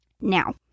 Now